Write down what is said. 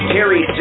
Terry